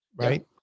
right